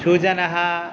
सुजनः